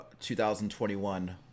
2021